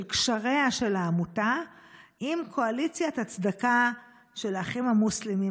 קשריה של העמותה עם קואליציית הצדקה של האחים המוסלמים,